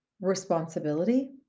responsibility